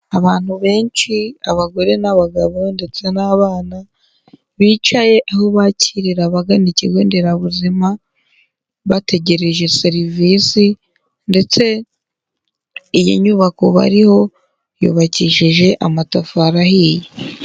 Abantu benshi abagore n'abagabo ndetse n'abana bicaye aho bakirira abagana ikigonderabuzima bategereje serivisi, ndetse iyi nyubako bariho yubakishije amatafari ahiye.